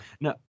No